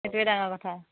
সেইটোৱে ডাঙৰ কথা